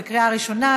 בקריאה ראשונה,